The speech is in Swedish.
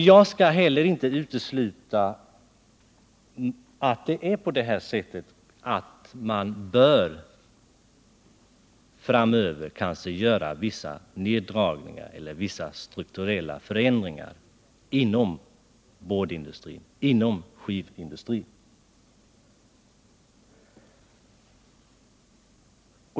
Jag skall heller inte utesluta att man framöver kanske måste göra vissa neddragningar eller strukturella förändringar inom boardindustrin och skivindustrin.